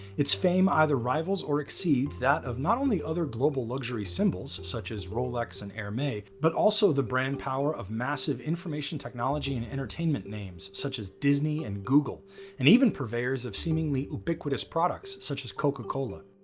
its fame either rivals or exceeds that of not only other global luxury symbols such as rolex and air may, but also the brand power of massive information technology and entertainment names such as disney and google and even purveyors of seemingly ubiquitous products such as coca-cola.